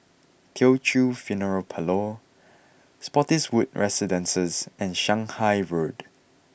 Teochew Funeral Parlour Spottiswoode Residences and Shanghai Road